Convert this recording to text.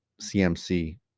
cmc